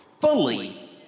fully